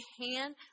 hand